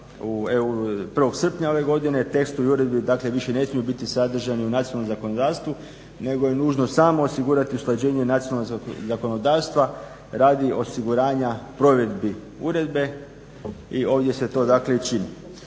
EU, 1. srpnja ove godine tekstovi uredbi dakle više ne smiju biti sadržani u nacionalnom zakonodavstvu nego je nužno samo osigurati usklađenje nacionalnog zakonodavstva radi osiguranja provedbi uredbe. I ovdje se to dakle